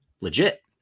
legit